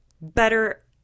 better